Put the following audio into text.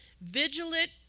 Vigilant